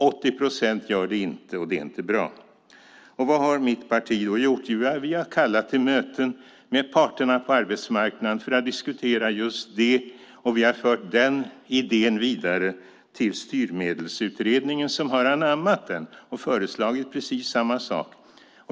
80 procent gör det inte, och det är inte bra. Vad har då mitt parti gjort? Jo, vi har kallat till möten med parterna på arbetsmarknaden för att diskutera just detta. Och vi har fört den här idén vidare till Styrmedelsutredningen som har anammat den och föreslagit precis samma sak.